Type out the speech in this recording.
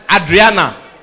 Adriana